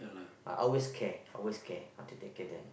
I always care always care I have to take care of them